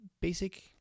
basic